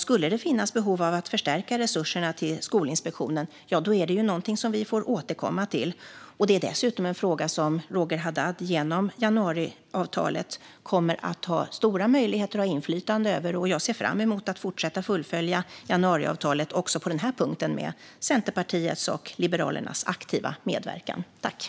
Skulle det finnas behov av att förstärka resurserna till Skolinspektionen är det något vi får återkomma till. Det är dessutom en fråga som Roger Haddad genom januariavtalet kommer att ha stora möjligheter att ha inflytande över. Jag ser fram emot att med Centerpartiets och Liberalernas aktiva medverkan fortsätta fullfölja januariavtalet också på den här punkten.